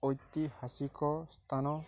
ଐତିହାସିକ ସ୍ଥାନ